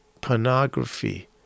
pornography